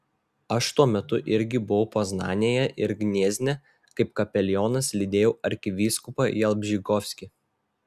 aš tuo metu irgi buvau poznanėje ir gniezne kaip kapelionas lydėjau arkivyskupą jalbžykovskį